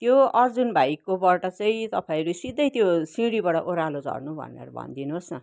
त्यो अर्जुन भाइकोबाट चाहिँ तपाईँहरू सिधै त्यो सिँडीबाट ओह्रालो झर्नु भनेर भनिदिनुहोस् न